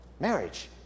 Marriage